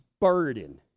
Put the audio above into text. burden